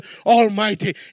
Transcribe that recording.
Almighty